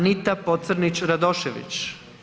Anita Pocrnić Radošević.